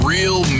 Real